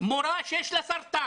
מורה שיש לה סרטן,